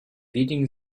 wenigen